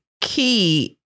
key